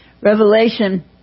Revelation